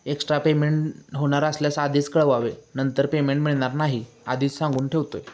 extra payment होणार असल्यास आधीच कळवावे नंतर पेमेंट मिळणार नाही आधीच सांगून ठेवतो आहे